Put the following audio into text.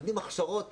נותנים הכשרות